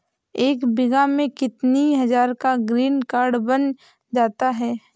एक बीघा में कितनी हज़ार का ग्रीनकार्ड बन जाता है?